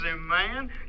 man